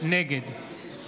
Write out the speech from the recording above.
נגד